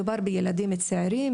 מדובר בילדים צעירים,